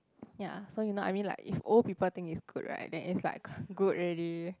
ya so you know I mean like if old people think is good right then is like good already